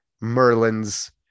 Merlin's